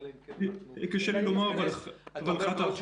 קשה לי לומר, אבל אחת האחרונות.